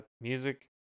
music